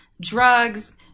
Drugs